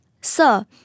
Sir